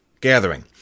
gathering